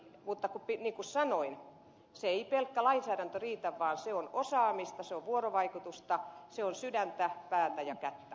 mutta niin kuin sanoin ei pelkkä lainsäädäntö riitä vaan se on osaamista se on vuorovaikutusta se on sydäntä päätä ja kättä